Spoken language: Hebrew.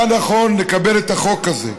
היה נכון לקבל את החוק הזה.